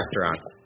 restaurants